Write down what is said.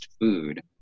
food